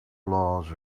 laws